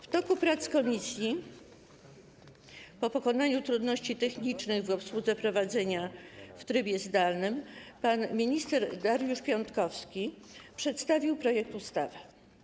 W toku prac komisji, po pokonaniu trudności technicznych w obsłudze prowadzenia prac w trybie zdalnym, pan minister Dariusz Piontkowski przedstawił projekt ustawy.